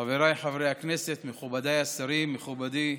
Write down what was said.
חבריי חברי הכנסת, מכובדיי השרים, מכובדי,